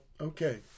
Okay